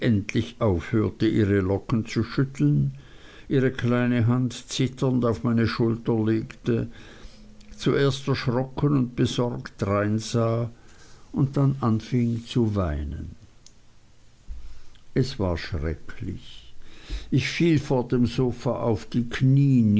aufhörte ihre locken zu schütteln ihre kleine hand zitternd auf meine schulter legte zuerst erschrocken und besorgt dreinsah und dann anfing zu weinen es war schrecklich ich fiel vor dem sofa auf die kniee